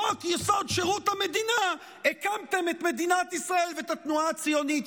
בחוק-יסוד: שירות המדינה הקמתם את מדינת ישראל ואת התנועה הציונית.